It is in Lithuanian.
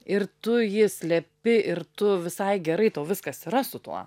ir tu jį slepi ir tu visai gerai tau viskas yra su tuo